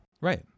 Right